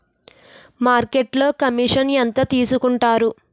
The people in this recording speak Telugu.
మార్కెట్లో కమిషన్ ఎంత తీసుకొంటారు?